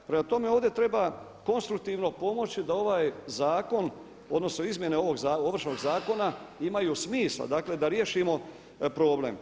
Prema tome, ovdje treba konstruktivno pomoći da ovaj zakon odnosno izmjene Ovršnog zakona imaju smisla da riješimo problem.